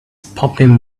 popping